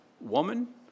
Woman